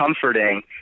comforting